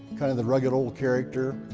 kind of the rugged old character,